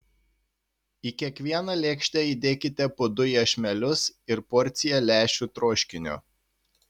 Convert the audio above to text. į kiekvieną lėkštę įdėkite po du iešmelius ir porciją lęšių troškinio